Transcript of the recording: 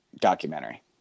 documentary